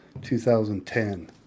2010